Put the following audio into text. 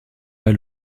pas